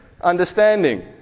Understanding